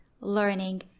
learning